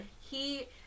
he-